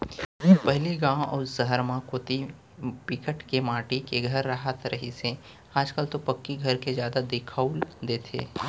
पहिली गाँव अउ सहर म कोती बिकट के माटी के घर राहत रिहिस हे आज कल तो पक्की घर जादा दिखउल देथे